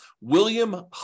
William